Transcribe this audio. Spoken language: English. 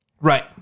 Right